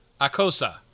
Akosa